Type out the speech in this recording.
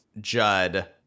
judd